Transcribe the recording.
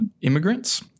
immigrants